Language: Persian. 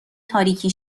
تاریکی